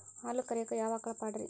ಹಾಲು ಕರಿಯಾಕ ಯಾವ ಆಕಳ ಪಾಡ್ರೇ?